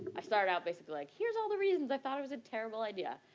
i start out basically like here's all the reasons i thought it was a terrible idea.